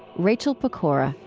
rachel pokora,